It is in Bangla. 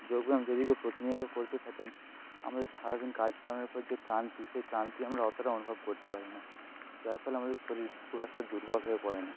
যোগব্যায়াম যদি কেউ প্রতিনিয়ত করতে থাকেন আমাদের সারাদিন কাজ করার পর যে ক্লান্তি সেই ক্লান্তি আমরা অতোটা অনুভব করতে পারি না যার ফলে আমাদের শরীর খুব একটা দুর্বল হয়ে পড়ে না